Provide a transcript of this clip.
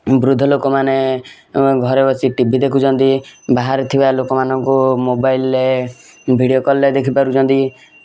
ବୃଦ୍ଧ ଲୋକମାନେ ଘରେ ବସି ଟି ଭି ଦେଖୁଛନ୍ତି ବାହାରେ ଥିବା ଲୋକମାନଙ୍କୁ ମୋବାଇଲରେ ଭିଡ଼ିଓ କଲରେ ଦେଖିପାରୁଛନ୍ତି